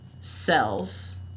cells